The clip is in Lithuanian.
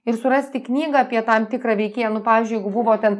ir surasti knygą apie tam tikrą veikėją nu pavyzdžiui jeigu buvo ten